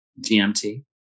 DMT